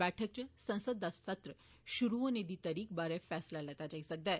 बैठक इच संसद दा सत्र शुरू होने दी तरीक बारै फैसला लैता जाई सकदा ऐ